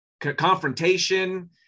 confrontation